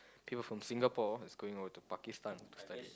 came from Singapore is going over to Pakistan to study